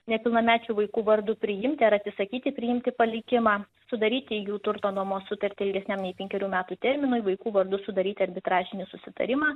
nepilnamečių vaikų vardu priimti ar atsisakyti priimti palikimą sudaryti jų turto nuomos sutartį ilgesniam nei penkerių metų terminui vaikų vardu sudaryti arbitražinį susitarimą